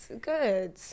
good